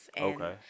Okay